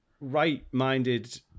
right-minded